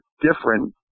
different